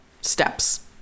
steps